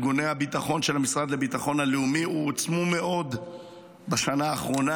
שארגוני הביטחון של המשרד לביטחון הלאומי הועצמו מאוד בשנה האחרונה,